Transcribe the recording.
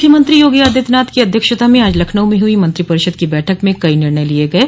मुख्यमंत्री योगी आदित्यनाथ की अध्यक्षता में आज लखनऊ में हुई मंत्रिपरिषद की बैठक में कई निर्णय लिये गये